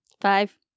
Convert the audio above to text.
Five